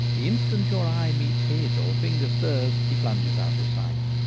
the instant your eye meets his or a finger stirs, he plunges out of sight.